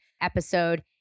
episode